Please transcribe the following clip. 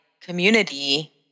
community